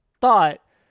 thought